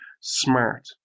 smart